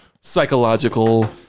psychological